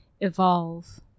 evolve